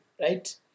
right